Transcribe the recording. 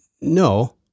no